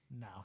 No